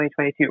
2022